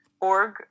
org